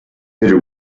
bidder